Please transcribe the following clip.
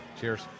Cheers